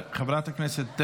חבר הכנסת ווליד טאהא,